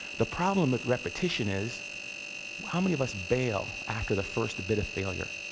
the problem with repetition is how many of us bail after the first bit of failure?